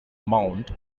mount